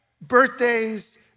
birthdays